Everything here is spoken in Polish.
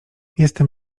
jestem